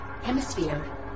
hemisphere